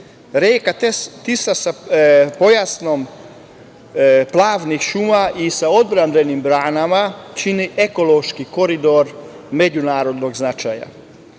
Reka Tisa sa pojasom plavnih šuma i sa odbrambenim branama čini ekološki koridor međunarodnog značaja.